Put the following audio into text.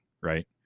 right